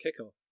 kickoff